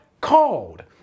called